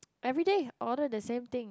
everyday order the same thing